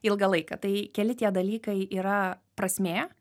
ilgą laiką tai keli tie dalykai yra prasmė